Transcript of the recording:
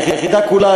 היחידה כולה,